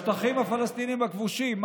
בשטחים הפלסטיניים הכבושים,